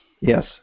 Yes